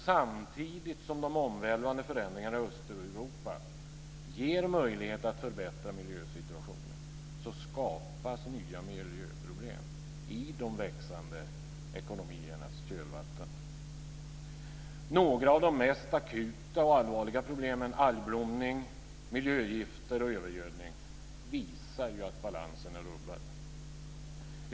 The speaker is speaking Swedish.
Samtidigt som de omvälvande förändringarna i Östeuropa ger möjlighet att förbättra miljösituationen, skapas nya miljöproblem i de växande ekonomiernas kölvatten. Några av de mest akuta och allvarliga problemen - algblomning, miljögifter och övergödning - visar att balansen är rubbad.